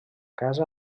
casa